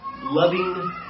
loving